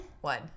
One